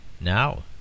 Now